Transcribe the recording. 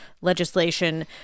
legislation